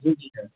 जी जी सर